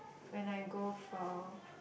when I go for